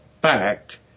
back